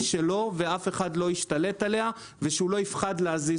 שלו ואף אחד לא ישתלט עליה ושהוא לא יפחד להזיז